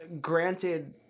granted